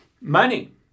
Money